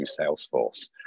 Salesforce